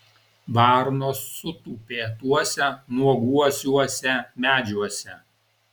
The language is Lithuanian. varnos sutūpė tuose nuoguosiuose medžiuose